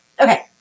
Okay